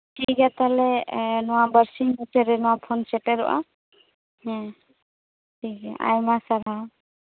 ᱴᱷᱤᱠ ᱜᱮᱭᱟ ᱛᱟᱦᱞᱮ ᱴᱷᱤᱠ ᱵᱩᱴᱟᱹᱨᱮ ᱱᱚᱣᱟ ᱯᱷᱳᱱ ᱥᱮᱴᱮᱨᱚᱜᱼᱟ ᱦᱮᱸ ᱴᱷᱤᱠ ᱜᱮᱭᱟ ᱟᱭᱢᱟ ᱥᱟᱨᱦᱟᱣ